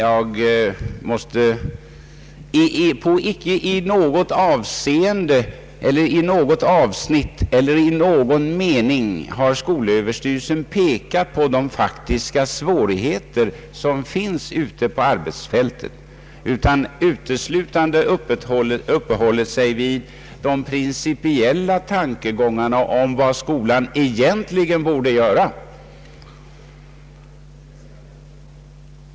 Icke i något avseende, i något avsnitt eller i någon mening har skolöverstyrelsen pekat på de faktiska svårigheter som föreligger ute på arbetsfältet, utan skolöverstyrelsen har uteslutande uppehållit sig vid de principiella tankegångarna om vad skolan egentligen borde göra.